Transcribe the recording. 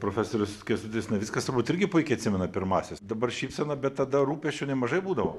profesorius kęstutis navickas turbūt irgi puikiai atsimena pirmąsias dabar šypsena bet tada rūpesčių nemažai būdavo